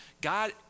God